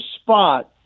spot